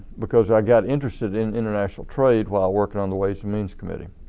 because i got interested in international trade while working on the ways and means committee.